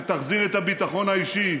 שתחזיר את הביטחון האישי,